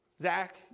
Zach